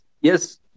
yes